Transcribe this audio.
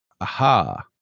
Aha